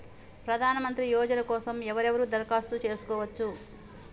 ప్రధానమంత్రి యోజన కోసం ఎవరెవరు దరఖాస్తు చేసుకోవచ్చు?